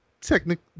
technically